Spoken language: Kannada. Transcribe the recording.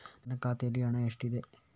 ನನ್ನ ಖಾತೆಯಲ್ಲಿ ಹಣ ಎಷ್ಟಿದೆ?